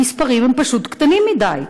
המספרים הם פשוט קטנים מדי.